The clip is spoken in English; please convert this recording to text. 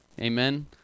Amen